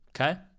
okay